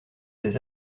des